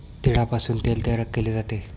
तिळापासून तेल तयार केले जाते